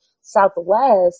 Southwest